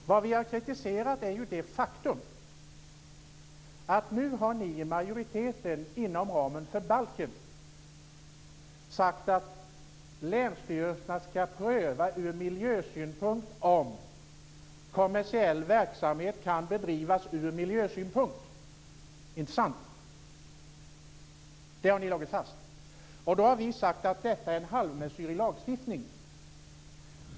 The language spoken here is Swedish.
Vi har kritiserat det faktum att ni i majoriteten har sagt att länsstyrelserna inom ramen för balken ska pröva om kommersiell verksamhet kan bedrivas ur miljösynpunkt. Det har ni slagit fast. Vi har sagt att det är en halvmesyr i lagstiftningen.